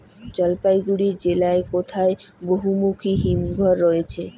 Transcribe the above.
জলপাইগুড়ি জেলায় কোথায় বহুমুখী হিমঘর রয়েছে?